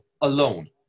alone